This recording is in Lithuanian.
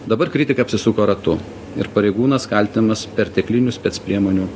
dabar kritika apsisuko ratu ir pareigūnas kaltinamas pertekliniu spec priemonių